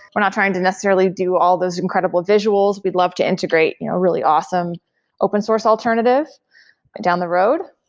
we're not trying to necessarily do all those incredible visuals. we'd love to integrate you know really awesome open source alternative down the road.